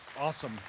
awesome